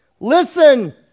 Listen